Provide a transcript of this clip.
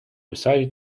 resided